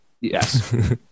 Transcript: Yes